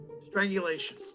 strangulation